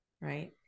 right